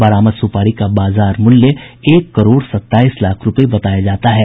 बरामद सुपारी का बाजार मूल्य एक करोड़ सत्ताईस लाख रूपया बताया जाता है